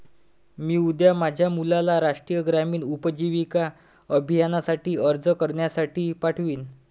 मी उद्या माझ्या मुलाला राष्ट्रीय ग्रामीण उपजीविका अभियानासाठी अर्ज करण्यासाठी पाठवीन